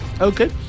okay